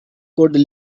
could